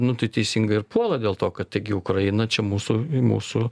nu tai teisingai ir puola dėl to kad taigi ukraina čia mūsų mūsų